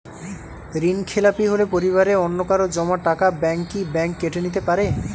ঋণখেলাপি হলে পরিবারের অন্যকারো জমা টাকা ব্যাঙ্ক কি ব্যাঙ্ক কেটে নিতে পারে?